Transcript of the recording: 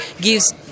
gives